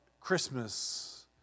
Christmas